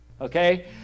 Okay